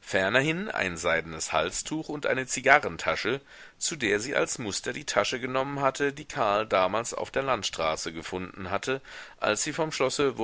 fernerhin ein seidenes halstuch und eine zigarrentasche zu der sie als muster die tasche genommen hatte die karl damals auf der landstraße gefunden hatte als sie vom schlosse